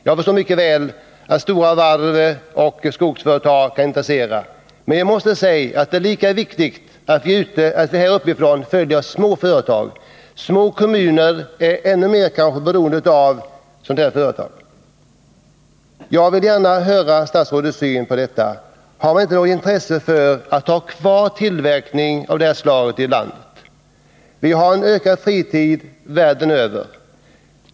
Jag förstår mycket väl att stora varv och skogsföretag kan intressera. Men jag måste säga att det är lika viktigt att vi följer små företag. Små kommuner är kanske ännu mer beroende av sina företag än större. Jag vill gärna ta del av statsrådets syn på detta. Har vi inte något intresse av att ha kvar en tillverkning av det här slaget i landet? Man har en ökad fritid världen över.